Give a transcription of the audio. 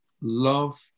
love